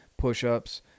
push-ups